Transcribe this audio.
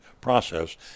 process